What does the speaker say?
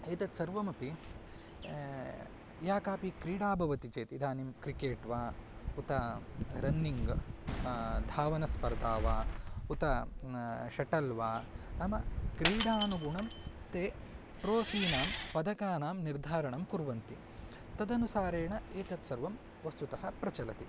एतत् सर्वमपि या कापी क्रीडा भवति चेत् इदानीं क्रिकेट् वा उत रन्निङ्ग् धावनस्पर्धा वा उत शटल् वा नाम क्रीडानुगुणं ते ट्रोफ़ि नाम पदकानां निर्धारणं कुर्वन्ति तदनुसारेण एतत्सर्वं वस्तुतः प्रचलति